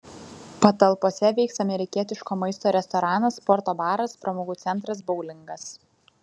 patalpose veiks amerikietiško maisto restoranas sporto baras pramogų centras boulingas